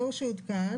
לא "שעודכן",